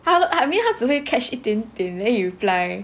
I mean 他只会 catch 一点点 then 他 reply